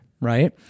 Right